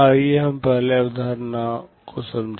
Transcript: आइए हम पहले अवधारणा को समझें